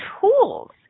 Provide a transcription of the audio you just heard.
tools